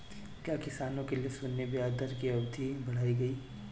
क्या किसानों के लिए शून्य ब्याज दर की अवधि बढ़ाई गई?